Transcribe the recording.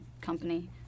company